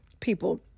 people